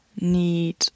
need